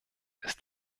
ist